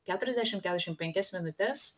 keturiasdešimt keturiasdešimt penkias minutes